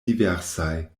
diversaj